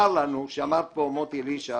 צר לנו שאמר פה מוטי אלישע